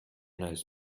neues